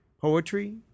poetry